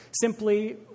simply